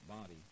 body